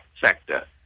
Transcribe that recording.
sector